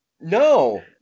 No